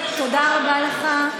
תודה רבה לך,